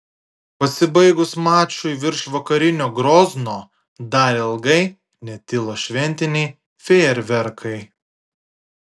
pasibaigus mačui virš vakarinio grozno dar ilgai netilo šventiniai fejerverkai